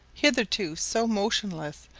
hitherto so motionless,